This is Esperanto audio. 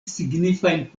signifajn